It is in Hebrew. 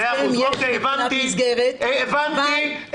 הסכם יש מבחינת מסגרת אבל --- הבנתי,